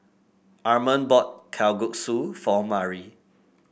Armond bought Kalguksu for Mari